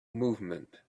movement